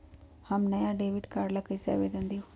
हम नया debit card ला कईसे आवेदन दिउ?